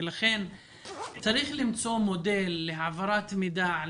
לכן צריך למצוא מודל להעברת מידע,